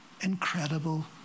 incredible